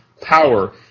power